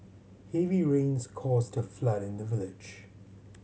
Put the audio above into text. heavy rains caused a flood in the village